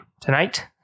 tonight